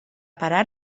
parar